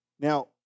Now